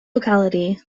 locality